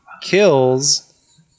kills